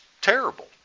terrible